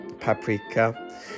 Paprika